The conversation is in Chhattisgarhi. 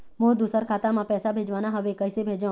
मोर दुसर खाता मा पैसा भेजवाना हवे, कइसे भेजों?